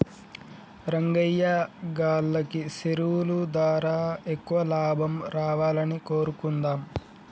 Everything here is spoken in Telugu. రంగయ్యా గాల్లకి సెరువులు దారా ఎక్కువ లాభం రావాలని కోరుకుందాం